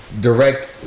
direct